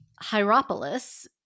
Hierapolis